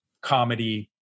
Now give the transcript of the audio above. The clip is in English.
comedy